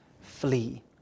flee